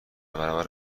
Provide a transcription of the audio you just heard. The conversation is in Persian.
برابر